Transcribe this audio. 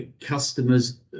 Customers